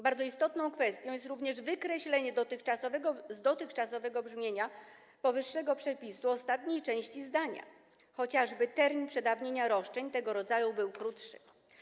Bardzo istotną kwestią jest również wykreślenie z dotychczasowego brzmienia powyższego przepisu ostatniej części zdania: chociażby termin przedawnienia roszczeń tego rodzaju był krótszy.